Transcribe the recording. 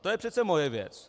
To je přece moje věc.